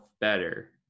better